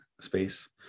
space